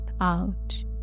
out